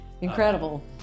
incredible